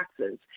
taxes